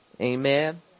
Amen